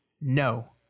No